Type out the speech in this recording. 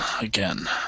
again